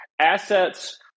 assets